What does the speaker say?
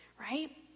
right